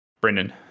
brendan